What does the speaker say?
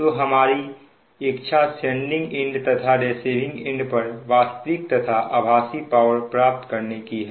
तो हमारी इच्छा सेंडिंग तथा रिसिविंग एंड पर वास्तविक तथा आभासी पावर प्राप्त करने की है